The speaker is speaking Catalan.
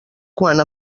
quant